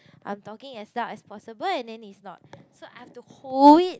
I'm talking as loud as possible and then it's not so I have to hold it